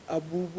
abu